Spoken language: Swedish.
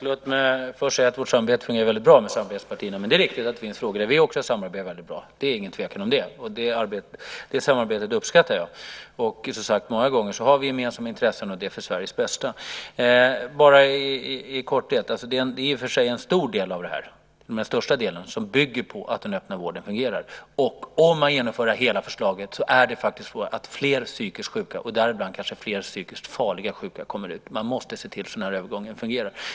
Herr talman! Låt mig först säga att vårt samarbete med samarbetspartierna fungerar väldigt bra. Men det är riktigt att det finns frågor där vi också samarbetar väldigt bra. Det är ingen tvekan om det, och det samarbetet uppskattar jag. Många gånger har vi gemensamma intressen, och det är för Sveriges bästa. Det är i och för sig en stor del av det här, den största delen, som bygger på att den öppna vården fungerar. Om man genomför hela förslaget är det faktiskt så att fler psykiskt sjuka och däribland kanske fler farliga psykiskt sjuka kommer ut. Man måste se till så att övergången fungerar.